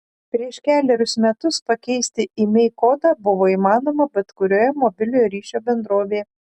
prieš kelerius metus pakeisti imei kodą buvo įmanoma bet kurioje mobiliojo ryšio bendrovėje